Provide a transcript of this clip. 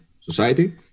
society